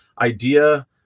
idea